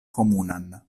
komunan